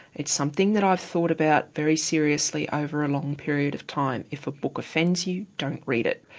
it's something that i've thought about very seriously over a long period of time. if a book offends you, don't read it.